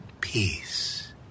Peace